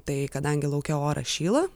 tai kadangi lauke oras šyla